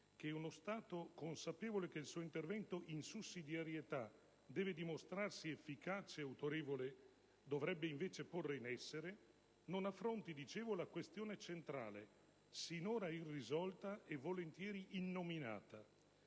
che uno Stato consapevole che il suo intervento in sussidiarietà deve dimostrarsi efficace e autorevole dovrebbe invece porre in essere la questione centrale, sinora irrisolta e volentieri innominata,